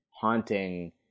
haunting